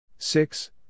Six